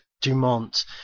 dumont